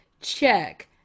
Check